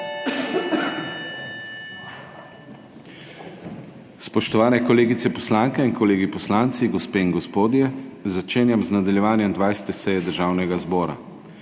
Spoštovane kolegice poslanke in kolegi poslanci, gospe in gospodje! Začenjam nadaljevanje 20. seje Državnega zbora.